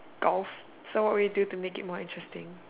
golf so what would you do to make it more interesting